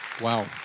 Wow